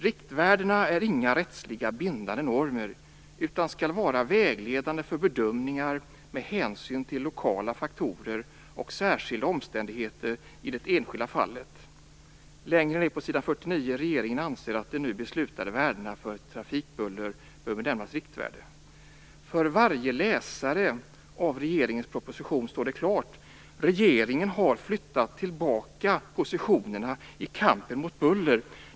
Riktvärdena är inga rättsliga bindande normer, utan skall vara vägledande för bedömningar med hänsyn till lokala faktorer och särskilda omständigheter i det enskilda fallet. Längre ned på s. 49 står det: Regeringen anser att de nu beslutade värdena för trafikbuller bör benämnas riktvärden. För varje läsare av regeringens proposition står det klart att regeringen har flyttat tillbaka positionerna i kampen mot bullret.